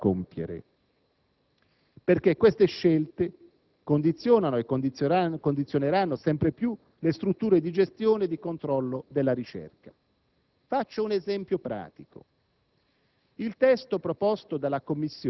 nelle scelte che andremo a compiere, in quanto esse condizionano e condizioneranno sempre più le strutture di gestione e di controllo della ricerca. Faccio un esempio pratico: